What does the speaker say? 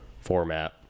format